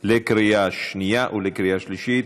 בקריאה שנייה וקריאה שלישית.